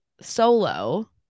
solo